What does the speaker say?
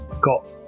got